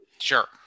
Sure